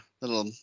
little